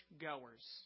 goers